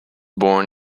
born